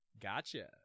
Gotcha